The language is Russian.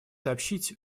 сообщить